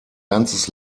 ganzes